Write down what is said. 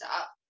up